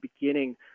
beginning